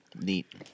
neat